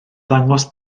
ddangos